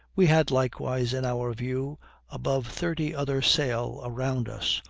we had likewise in our view above thirty other sail around us,